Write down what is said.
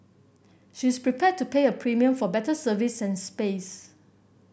she is prepared to pay a premium for better service and space